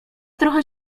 trochę